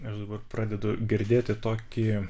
aš dabar pradedu girdėti tokį